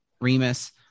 Remus